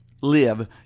live